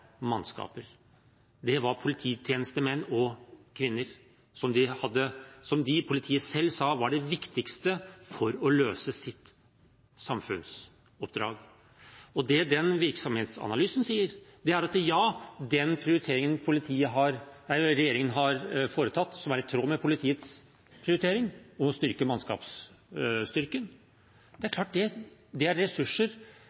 mannskaper. Det var polititjenestemenn og -kvinner, som politiet selv sa var det viktigste for å kunne løse sitt samfunnsoppdrag. Det virksomhetsanalysen sier, er at den prioriteringen regjeringen har foretatt, som er i tråd med politiets prioritering, om å styrke mannskapsstyrken,